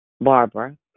Barbara